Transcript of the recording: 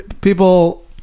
people